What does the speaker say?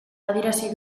adierazi